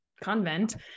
convent